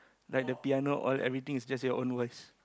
like the piano all everything is just your own voice